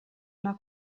una